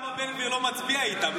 למה הקואליציה רבה ובן גביר לא מצביע איתכם?